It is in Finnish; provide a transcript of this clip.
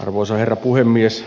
arvoisa herra puhemies